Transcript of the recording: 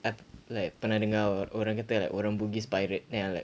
I like pernah dengar or~ orang kata orang bugis pirate then I like